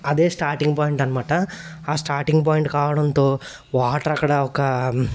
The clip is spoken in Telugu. అదే స్టార్టింగ్ పాయింట్ అనమాట ఆ స్టార్టింగ్ పాయింట్ కావడంతో వాటర్ అక్కడ ఒక